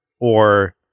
or-